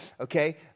Okay